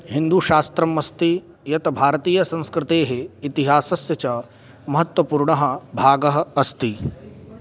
हिन्दूशास्त्रम् अस्ति यत् भारतीयसंस्कृतेः इतिहासस्य च महत्त्वपूर्णः भागः अस्ति